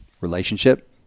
Relationship